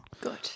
Good